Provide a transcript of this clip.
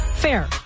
Fair